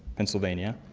pennsylvania,